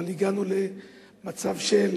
אבל הגענו למצב של